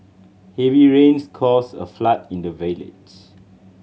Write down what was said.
heavy rains caused a flood in the village